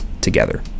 together